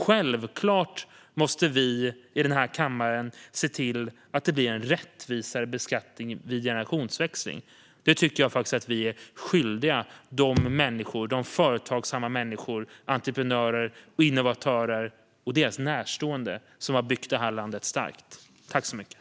Självklart måste vi i denna kammare se till att det blir en rättvisare beskattning vid generationsväxling. Det tycker jag faktiskt att vi är skyldiga de företagsamma människor - entreprenörer och innovatörer och deras närstående - som har byggt det här landet starkt.